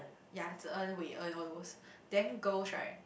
ya Zi-En Wei-En all those then girls right